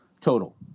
total